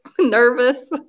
nervous